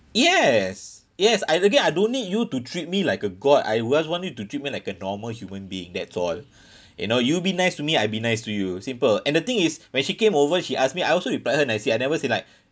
yes yes I again I don't need you to treat me like a god I just want you to treat me like a normal human being that's all you know you be nice to me I'll be nice to you simple and the thing is when she came over she ask me I also replied her nicely I never say like